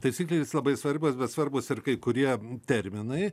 taisyklės labai svarbios bet svarbūs ir kai kurie terminai